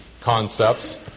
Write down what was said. concepts